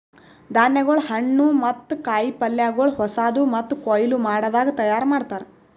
ಧಾನ್ಯಗೊಳ್, ಹಣ್ಣು ಮತ್ತ ಕಾಯಿ ಪಲ್ಯಗೊಳ್ ಹೊಸಾದು ಮತ್ತ ಕೊಯ್ಲು ಮಾಡದಾಗ್ ತೈಯಾರ್ ಮಾಡ್ತಾರ್